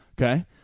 Okay